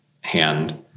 hand